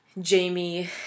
Jamie